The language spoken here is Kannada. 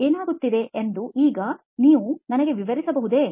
ಏನಾಗುತ್ತಿದೆ ಎಂದು ಈಗ ನೀವು ನನಗೆ ವಿವರಿಸಬಹುದೇ